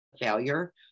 failure